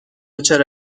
چرا